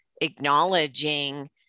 acknowledging